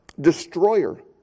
destroyer